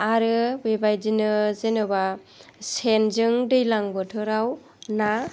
आरो बेबायदिनो जेनेबा सेनजों दैज्लां बोथोराव ना